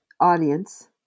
audience